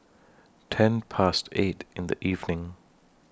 ten Past eight in The evening